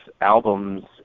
albums